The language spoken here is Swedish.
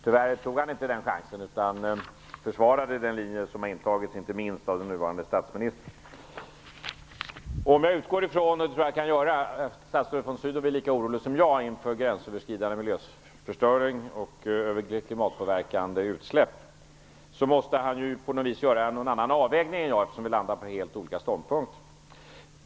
Tyvärr tog statsrådet inte den chansen utan försvarade den linje som intagits, inte minst av den nuvarande statsministern. Eftersom statsrådet von Sydow är lika orolig som jag inför detta med gränsöverskridande miljöförstöring och klimatpåverkande utsläpp, utgår jag från att han på något vis gör en annan avvägning än jag. Vi landar ju på helt olika ståndpunkter.